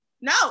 no